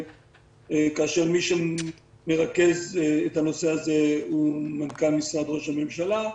כאשר מי שמרכז את הנושא הוא מנכ"ל משרד ראש הממשלה.